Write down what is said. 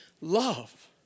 love